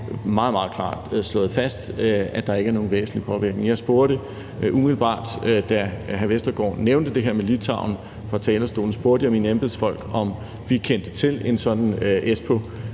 meget klart slået fast, at der ikke er nogen væsentlig påvirkning. Umiddelbart da hr. Rasmus Vestergaard Madsen nævnte det her med Litauen fra talerstolen, spurgte jeg mine embedsfolk, om vi kendte til en sådan